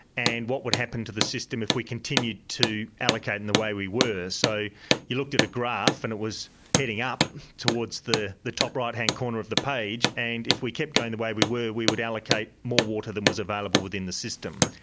and what would happen to the system if we continued to allocate in the way we were. so you looked at a graph and it was heading up towards the the top right-hand corner of the page, and if we kept going the way we were, we would allocate more water was available within the system.